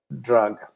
drug